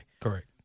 Correct